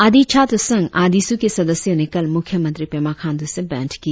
आदी छात्र संघ आदिसू के सदस्यों ने कल मुख्यमंत्री पेमा खाण्डू से भेंट की